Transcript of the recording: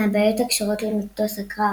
מהבעיות הקשורות למטוס הקרב